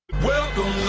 welcome